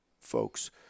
folks